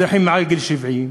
אזרחים מעל גיל 70,